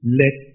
let